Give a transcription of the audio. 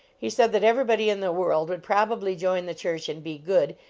he said that everybody in the world would probably join the church and be good,